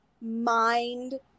mind